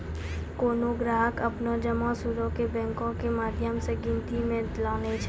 कोनो ग्राहक अपनो जमा सूदो के बैंको के माध्यम से गिनती मे लानै छै